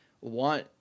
want